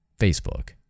Facebook